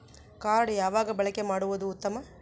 Card ಯಾವಾಗ ಬಳಕೆ ಮಾಡುವುದು ಉತ್ತಮ?